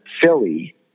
Philly